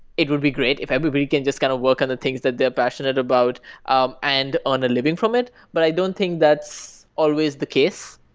it would be great if everybody can just kind of work on the things that they're passionate about um and on a living from it, but i don't think that's always the case.